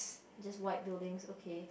just white buildings okay